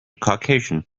caucasian